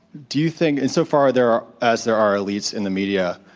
do you think and so far, there are as there are elites in the media,